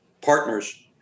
partners